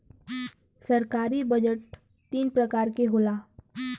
सरकारी बजट तीन परकार के होला